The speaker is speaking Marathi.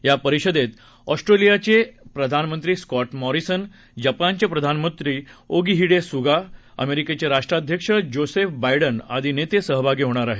या परिषदेत ऑस्ट्रेलियाचे प्रधानमंत्री स्कॉट मॉरिसन जपानचे प्रधानमंत्री योगिहिडे सुगा अमेरिकेचे राष्ट्राध्यक्ष जोसेफ बायडन आदि नेते सहभागी होणार आहेत